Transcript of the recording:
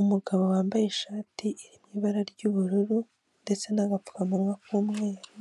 Umugabo wambaye ishati irimo ibara ry'ubururu ndetse n'agapfukamunwa k'umweru